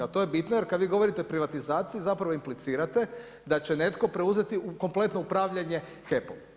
A to je bitno jer kada vi govorite o privatizaciji zapravo implicirate da će netko preuzeti kompletno upravljanje HEP-om.